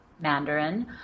Mandarin